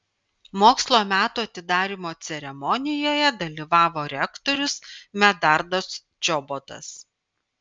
mokslo metų atidarymo ceremonijoje dalyvavo rektorius medardas čobotas